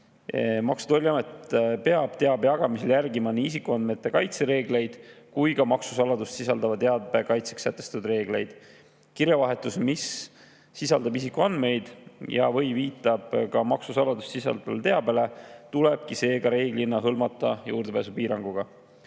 ja Tolliamet peab teabe jagamisel järgima nii isikuandmete kaitse reegleid kui ka maksusaladust sisaldava teabe kaitseks sätestatud reegleid. Kirjavahetus, mis sisaldab isikuandmeid ja/või viitab maksusaladust sisaldavale teabele, tulebki seega reeglina hõlmata juurdepääsupiiranguga.